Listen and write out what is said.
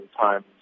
times